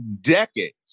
decades